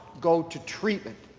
go to treatment,